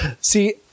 See